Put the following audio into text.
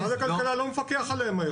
מפעל הכלכלה לא מפקח עליהם היום.